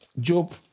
Job